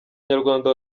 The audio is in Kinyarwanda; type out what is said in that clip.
abanyarwanda